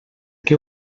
què